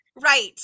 right